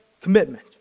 commitment